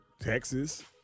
Texas